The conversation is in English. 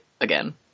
again